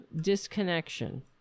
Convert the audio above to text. disconnection